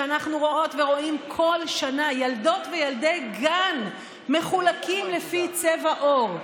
כשאנחנו רואות ורואים כל שנה ילדות וילדי גן מחולקים לפי צבע עור?